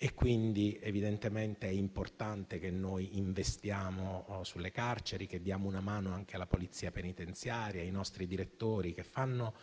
Oppure, evidentemente, è importante che investiamo sulle carceri, che diamo una mano anche alla polizia penitenziaria e ai nostri direttori, che fanno